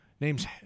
Name's